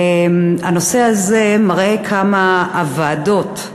הנושא הזה מראה כמה הוועדות,